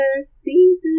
season